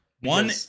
One